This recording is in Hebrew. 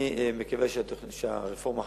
אני מקווה שהרפורמה החדשה,